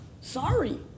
Sorry